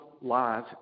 live